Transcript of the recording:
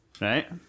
Right